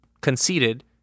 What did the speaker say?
conceded